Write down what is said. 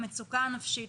המצוקה הנפשית,